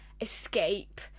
escape